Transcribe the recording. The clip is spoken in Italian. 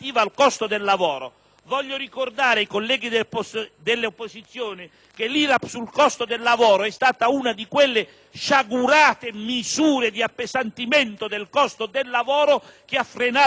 Voglio ricordare, colleghi dell'opposizione, che l'IRAP sul costo del lavoro è stata una di quelle sciagurate misure di appesantimento del costo del lavoro che ha frenato lo sviluppo in Italia.